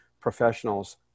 professionals